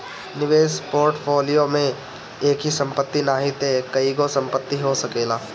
निवेश पोर्टफोलियो में एकही संपत्ति नाही तअ कईगो संपत्ति हो सकेला